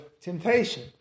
temptation